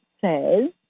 says